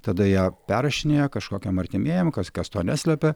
tada ją perrašinėja kažkokiam artimiejiem kas kas to neslepia